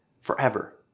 forever